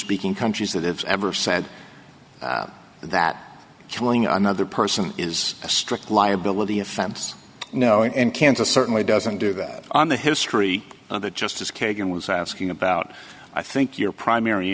speaking countries that have ever said that killing another person is a strict liability offense knowing and kansas certainly doesn't do that on the history and the justice kagan was asking about i think your primary